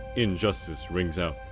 injustice rings out.